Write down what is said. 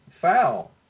foul